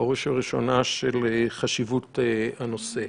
ובראש ובראשונה של חשיבות הנושא.